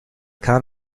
kahn